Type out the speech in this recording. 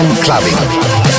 clubbing